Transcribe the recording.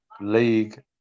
league